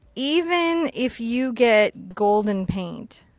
even if you get golden paint,